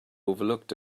overlooked